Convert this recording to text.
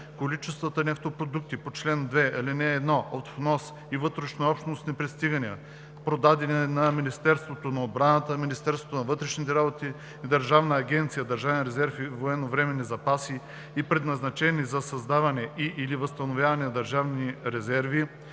количествата нефтопродукти по чл. 2, ал. 1 от внос и вътрешнообщностни пристигания, продадени на Министерството на отбраната, Министерството на вътрешните работи и Държавна агенция „Държавен резерв и военновременни запаси“ и предназначени за създаване и/или възстановяване на държавни резерви,